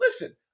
Listen